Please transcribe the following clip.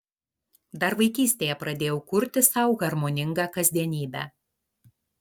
dar vaikystėje pradėjau kurti sau harmoningą kasdienybę